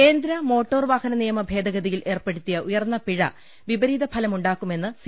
കേന്ദ്ര മോട്ടോർവാഹന നിയമുഭേദഗതിയിൽ ഏർപ്പെടുത്തിയ ഉയർന്ന പിഴ വിപരീത ഫലമുണ്ടാക്കുമെന്ന് സി